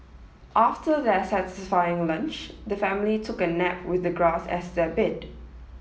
after their satisfying lunch the family took a nap with the grass as their bed